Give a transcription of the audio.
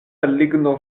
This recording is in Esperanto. ligno